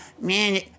man